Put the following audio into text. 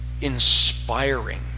inspiring